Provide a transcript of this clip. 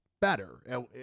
better